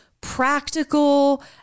practical